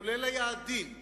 כולל היעדים הכלכליים.